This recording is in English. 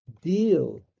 deal